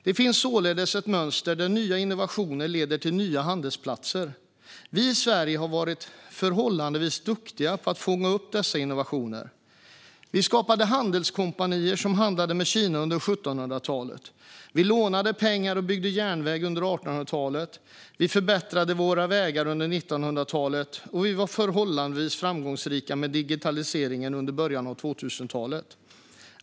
Det finns således ett mönster där nya innovationer leder till nya handelsplatser. Vi i Sverige har varit förhållandevis duktiga på att fånga upp dessa innovationer. Vi skapade handelskompanier som handlade med Kina under 1700-talet, vi lånade pengar och byggde järnväg under 1800-talet, vi förbättrade våra vägar under 1900-talet och vi var förhållandevis framgångsrika med digitaliseringen under början av 2000-talet.